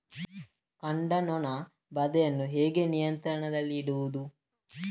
ಕಾಂಡ ನೊಣ ಬಾಧೆಯನ್ನು ಹೇಗೆ ನಿಯಂತ್ರಣದಲ್ಲಿಡುವುದು?